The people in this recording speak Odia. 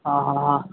ହଁ ହଁ ହଁ